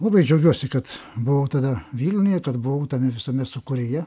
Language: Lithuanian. labai džiaugiuosi kad buvau tada vilniuje kad buvau tame visame sūkuryje